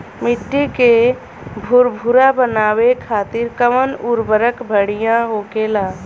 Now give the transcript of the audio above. मिट्टी के भूरभूरा बनावे खातिर कवन उर्वरक भड़िया होखेला?